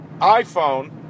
iPhone